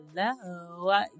hello